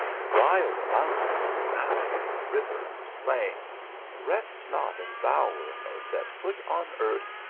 fly over mountain, and valley, and river, and plain rest not in bower nor set foot on earth,